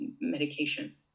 medication